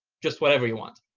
just whatever you want.